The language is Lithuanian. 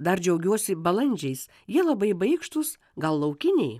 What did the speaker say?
dar džiaugiuosi balandžiais jie labai baikštūs gal laukiniai